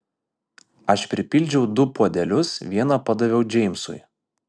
aš pripildžiau du puodelius vieną padaviau džeimsui